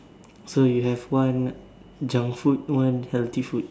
so you have one junk food one healthy food